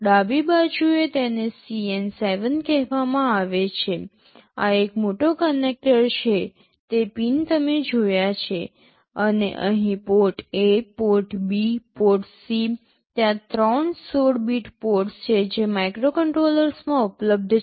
ડાબી બાજુએ તેને CN7 કહેવામાં આવે છે આ એક મોટો કનેક્ટર છે તે પિન તમે જોયા છે અને અહીં port A port B port C ત્યાં ત્રણ ૧૬ બીટ પોર્ટ્સ છે જે માઇક્રોકન્ટ્રોલરમાં ઉપલબ્ધ છે